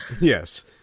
Yes